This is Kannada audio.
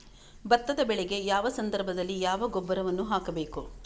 ಭತ್ತದ ಬೆಳೆಗೆ ಯಾವ ಸಂದರ್ಭದಲ್ಲಿ ಯಾವ ಗೊಬ್ಬರವನ್ನು ಹಾಕಬೇಕು?